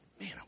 Man